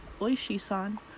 Oishi-san